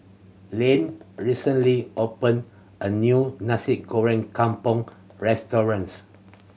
Lane recently opened a new Nasi Goreng Kampung restaurants